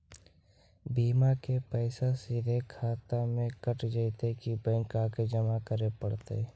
बिमा के पैसा सिधे खाता से कट जितै कि बैंक आके जमा करे पड़तै?